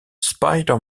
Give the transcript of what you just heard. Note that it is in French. spider